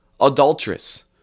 adulteress